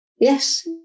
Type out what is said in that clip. Yes